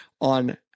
on